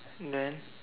then